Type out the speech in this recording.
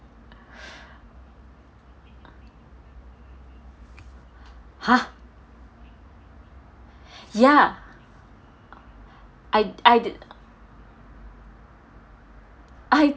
!huh! ya I I I